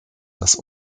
das